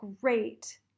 great